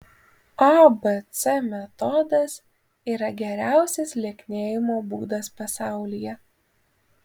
abc metodas yra geriausias lieknėjimo būdas pasaulyje